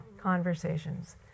conversations